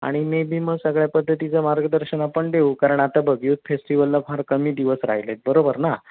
आणि मी बी मग सगळ्या पद्धतीचं मार्गदर्शन आपण देऊ कारण आता बघ यूथ फेस्टिवलला फार कमी दिवस राहिलेत बरोबर ना